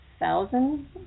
thousand